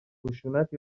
خشونت